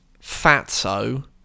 Fatso